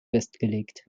festgelegt